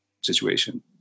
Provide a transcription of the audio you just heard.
situation